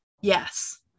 Yes